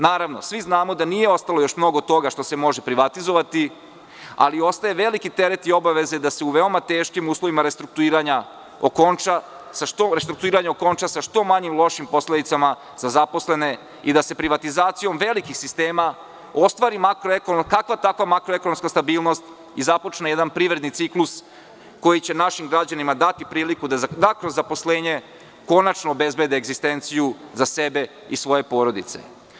Naravno, svi znamo da nije ostalo još mnogo toga što se može privatizovati, ali ostaje veliki teret i obaveza da se u veoma teškim uslovima restrukturiranje okonča sa što manjim lošim posledicama za zaposlene i da se privatizacijom velikih sistema ostvari kakva takva makro-ekonomska stabilnost i započne jedan privredni ciklus koji će našim građanima dati priliku da kroz zaposlenje konačno obezbede egzistenciju za sebe i svoje porodice.